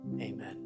Amen